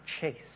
chase